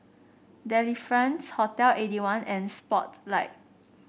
Delifrance Hotel Eighty one and Spotlight